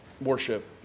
worship